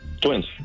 Twins